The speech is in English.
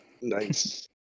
Nice